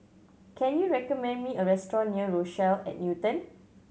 can you recommend me a restaurant near Rochelle at Newton